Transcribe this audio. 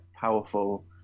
powerful